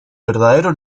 verdadero